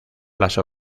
las